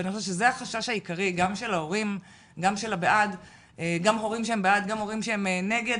ואני חושבת שזה החשש העיקרי גם של הורים שהם בעד וגם הורים שהם נגד,